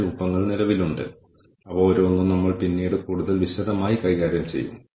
അടുത്തത് ഈ പ്രോഗ്രാമുകളിലൂടെ എത്രപേർ കടന്നുപോകുന്നു ഉൾപ്പെടുന്ന ചെലവുകൾ പ്രതികരണവും സംതൃപ്തിയും വീണ്ടും വിലയിരുത്തുന്നു